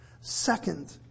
Second